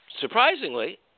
surprisingly